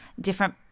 different